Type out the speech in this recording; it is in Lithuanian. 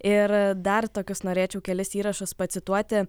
ir dar tokius norėčiau kelis įrašus pacituoti